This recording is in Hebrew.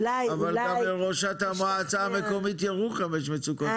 אולי אולי תשתכנע אבל גם לראשת המועצה המקומית ירוחם יש מצוקות קשות.